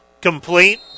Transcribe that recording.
complete